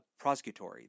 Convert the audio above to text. prosecutory